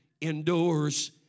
endures